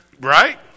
right